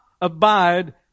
abide